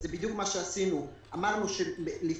זה בדיוק מה שעשינו: אמרנו שלפני